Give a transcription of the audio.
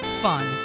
fun